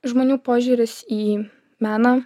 žmonių požiūris į meną